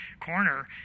corner